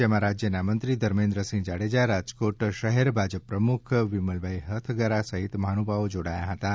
જેમાં રાજ્યના મંત્રી શ્રી ધર્મેન્દ્રસિંહ જાડેજા રાજકોટ શહેર ભાજપ પ્રમુખ વિમલભાઇ હથગારા સહિત મહાનુભાવો જોડાયા હતાં